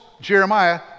Jeremiah